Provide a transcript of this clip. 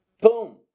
Boom